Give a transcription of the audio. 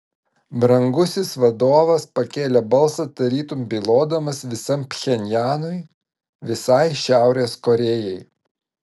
brangusis vadovas pakėlė balsą tarytum bylodamas visam pchenjanui visai šiaurės korėjai